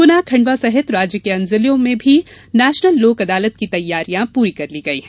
गुनाखंडवा सहित राज्य के अन्य जिलों में भी नेशनल लोक अदालत की तैयारियां पूरी कर ली है